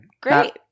great